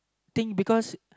thing because